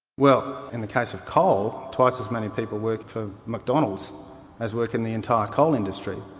well, in the case of coal, twice as many people work for mcdonalds as work in the entire coal industry,